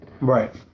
Right